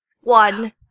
one